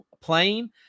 plane